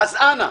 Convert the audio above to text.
נמשיך.